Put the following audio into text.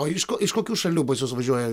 o iš ko iš kokių šalių pas juos važiuoja